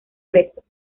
presos